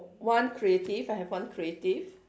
one creative I have one creative